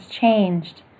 changed